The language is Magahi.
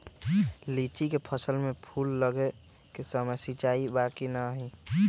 लीची के फसल में फूल लगे के समय सिंचाई बा कि नही?